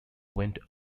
went